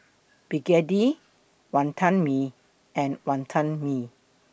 Begedil Wantan Mee and Wonton Mee